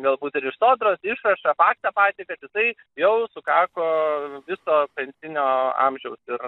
galbūt ir iš sodros išrašą faktą patį kad jisai jau sukako viso pensijinio amžiaus ir